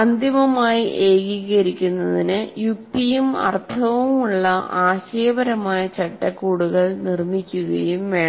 അന്തിമമായി ഏകീകരിക്കുന്നതിന് യുക്തിയും അർത്ഥവുമുള്ള ആശയപരമായ ചട്ടക്കൂടുകൾ നിർമ്മിക്കുകയും വേണം